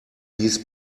dies